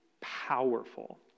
powerful